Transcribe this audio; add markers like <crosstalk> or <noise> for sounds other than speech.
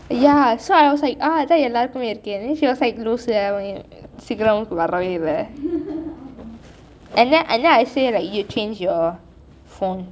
ya so I was like எல்லாருக்கும் இருக்கு:ellarukkum irukku then she was like லூசு அவன்:loosu avan sigaram கு வரவேயில்லை:ku varaveyillai <laughs> and then and then I say like you change your form